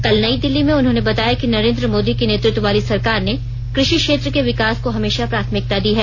कल नई दिल्ली में उन्होंने बताया कि नरेन्द्र मोदी के नेतृत्व वाली सरकार ने कृषि क्षेत्र के विकास को हमेशा प्राथमिकता दी है